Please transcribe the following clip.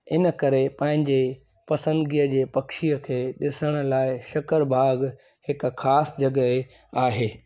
इनकरे पंहिंजे पसंदिगीअ जे पक्षीअ खे ॾिसण लाइ शक्करबाग़ हिक ख़ासि जॻहि आहे